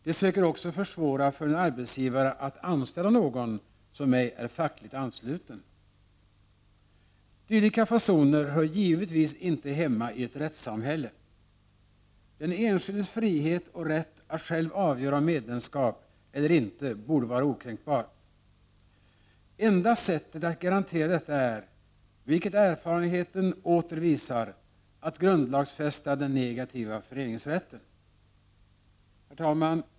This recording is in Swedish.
De söker också försvåra för en arbetsgivare att anställa någon som ej är fackligt ansluten. Dylika fasoner hör givetvis inte hemma i ett rättssamhälle. Den enskildes frihet och rätt att själv avgöra om medlemskap eller inte måste vara okränkbar. Enda sättet att garantera detta är, vilket erfarenheten åter visar, att grundlagsfästa den negativa föreningsrätten. Herr talman!